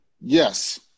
Yes